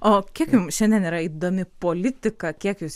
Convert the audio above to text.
o kiek jum šiandien yra įdomi politika kiek jūs